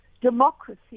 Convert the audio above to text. democracy